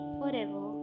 forever